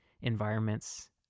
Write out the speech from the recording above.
environments